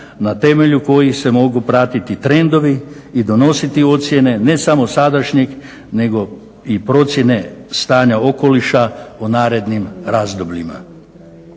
na temelju kojih se mogu pratiti trendovi i donositi ocjene ne samo sadašnjeg nego i procjene stanja okoliša u narednim razdobljima.